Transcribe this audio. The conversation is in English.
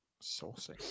Saucy